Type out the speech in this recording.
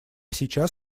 сейчас